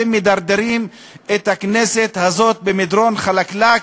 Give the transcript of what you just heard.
אתם מדרדרים את הכנסת הזאת במדרון חלקלק,